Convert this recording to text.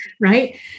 Right